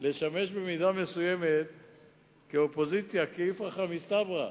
לשמש במידה מסוימת כאופוזיציה, כאיפכא מסתברא